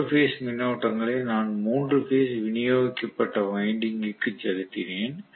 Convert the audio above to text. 3 phase மின்னோட்டங்களை நான் 3 phase விநியோகிக்கப்பட்ட வைண்டிக்குக்கு செலுத்தினேன்